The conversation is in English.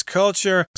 culture